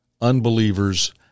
unbelievers